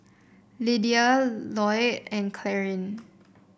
Lyda Lloyd and Clarine